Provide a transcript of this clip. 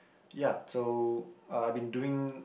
ya so uh I been doing